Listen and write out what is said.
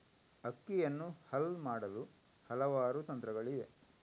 ಅಕ್ಕಿಯನ್ನು ಹಲ್ ಮಾಡಲು ಹಲವಾರು ತಂತ್ರಗಳಿವೆ